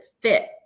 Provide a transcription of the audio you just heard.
fit